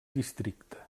districte